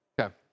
Okay